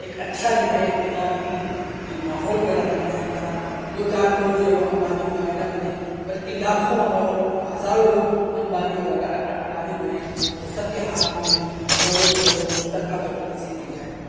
ایک اچھّا جو ہے تجارتی ماحول پیدا کرنا ہے کہ جہاں دو چار لوگ جو ہے امبانی اور اڈانی نہ بنیں بلکہ لاکھوں اور ہزاروں لوگ امبانی اور اڈانی بنے اور سب کے ہاتھ میں دولت جو ہے وہ مُشترکہ طور پر تقسیم کی جائے